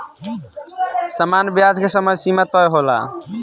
सामान्य ब्याज के समय सीमा तय होला